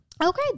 Okay